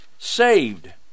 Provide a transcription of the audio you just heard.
saved